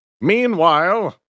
Meanwhile